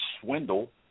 swindle